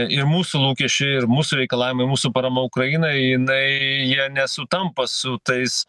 ir mūsų lūkesčiai ir mūsų reikalavimai mūsų parama ukrainai jinai jie nesutampa su tais